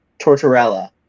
tortorella